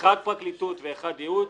אחד פרקליטות ואחד ייעוץ.